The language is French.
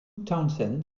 townsend